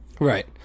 Right